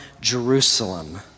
Jerusalem